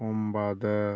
ഒമ്പത്